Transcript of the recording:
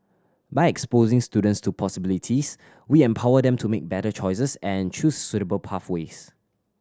by exposing students to possibilities we empower them to make better choices and choose suitable pathways